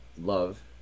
love